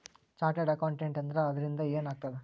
Chartered accountant ಆದ್ರ ಅದರಿಂದಾ ಏನ್ ಆಗ್ತದ?